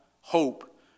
hope